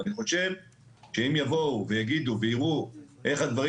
ואני חושב שאם יבואו ויגידו ויראו איך הדברים